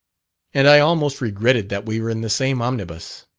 and i almost regretted that we were in the same omnibus.